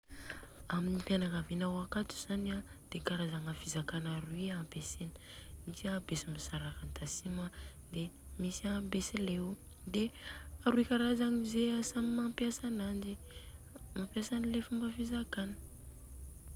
Amin'ny fianakavinako akato zany a de karazagna fizakana roy ampesana, misy betsimisaraka antatsimo a de misy a betsileo, de roy karazagny ze samy mampiasa ananjy, mampiasa anle fizakàna.